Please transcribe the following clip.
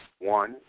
one